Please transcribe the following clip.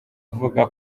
avuga